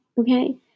okay